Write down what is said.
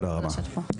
תודה שאת פה.